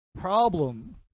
problem